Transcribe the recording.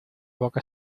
boca